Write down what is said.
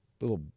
little